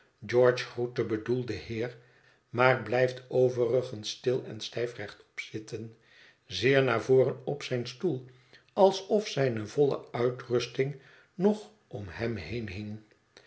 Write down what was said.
george groet den bedoelden heer maar blijft overigens stil en stijf rechtop zitten zeer naar voren op zijn stoel alsof zijne volle uitrusting nog om hem heen hing